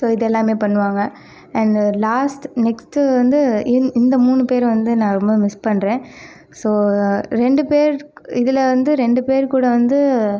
so இதை எல்லாமே பண்ணுவாங்கள் அண்ட் லாஸ்ட் நெக்ஸ்ட்டு வந்து இந்த மூணு பேர் வந்து நான் ரொம்ப மிஸ் பண்ணுறேன் சோ ரெண்டு பேர் இதில் வந்து ரெண்டு பேருக்கூட வந்து